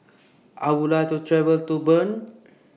I Would like to travel to Bern